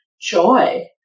joy